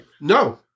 No